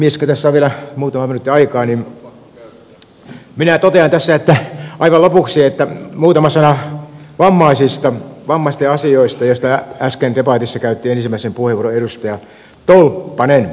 kun tässä on vielä muutama minuutti aikaa niin minä totean tässä aivan lopuksi muutaman sanan vammaisista vammaisten asioista joista äsken debatissa käytti ensimmäisen puheenvuoron edustaja tolppanen